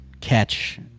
catch